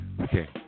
Okay